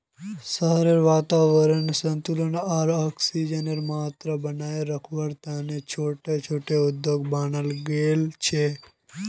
शहरत वातावरनक संतुलित आर ऑक्सीजनेर मात्रा बनेए रखवा तने छोटो छोटो उद्यान बनाल गेल छे